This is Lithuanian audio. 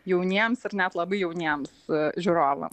jauniems ar net labai jauniems žiūrovam